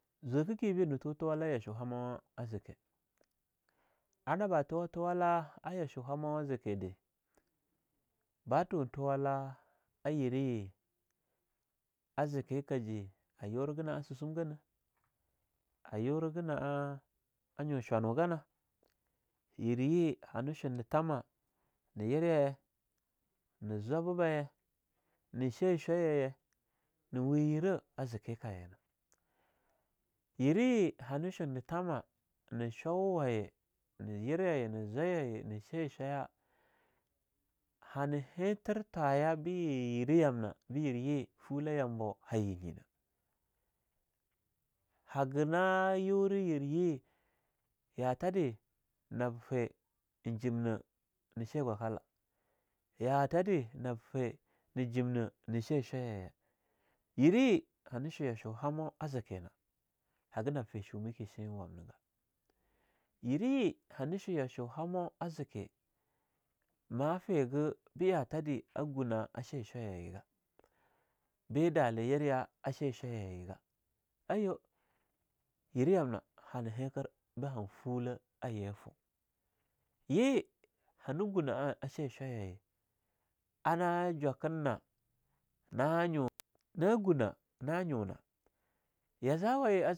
Zwakah ke bah na tuntuwahla yasho hamawa a zekee, anaba tuwan tuwala a yashu hamawa zikee de ba tun tuwala a yerah ye a zikee kaji ayurah gah na susumganah, a yurah gah na'a nyuchwanwa gana, yer ye hanah shunah tama na yira yaye, na zwaba baye na shaye chwa ya ye ne weyerah a zikee kaye na. Yerah ye hana shunatamah na showwayaye, ne yerah yaye, zwaya yaye, ne chaye chwaya. Hanahinter thwaya be yerah yamnah be yer ye fula yamboo haye nyinah. Hagah na yura yerye yatade nab fee eing jimnah, na shaye gwakahla, yathade nab fee ne jimnah na cheshwaya yaye yerah ye hana sho yasho hamo a zikeenah haga nab fee shuma ka chinwamnaga. Yerah ye hana sho yasho hamo a ze kee ma fegeh be yathade a gunah a shaye chwaya yaye ga, be dale yerah ya a shaye chwaya yaye gah, aiyo, yerah yamna hanah hinkir be han fulah a yena foo. Ye hana gunah ashaye shwayayaye ana jwakin nah, na nyo na guna, na nyuna ya za wa ye.